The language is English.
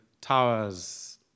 towers